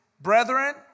Brethren